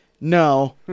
no